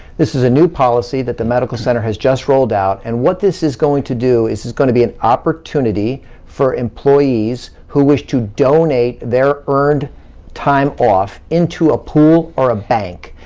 this is a new policy that the medical center has just rolled out, and what this is going to do, this is going to be an opportunity for employees who wish to donate their earned time off into a pool, or a bank,